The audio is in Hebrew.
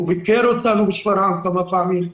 הוא ביקר אותנו בשפרעם כמה פעמים.